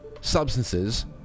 substances